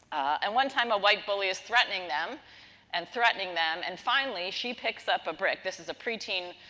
and, one time a white bully is threatening them and threatening them, and finally she picks up a brick. this is a preteen